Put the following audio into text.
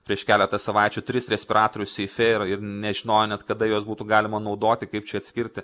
prieš keletą savaičių tris respiratorius seife ir ir nežinojo net kada juos būtų galima naudoti kaip skirti